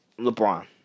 LeBron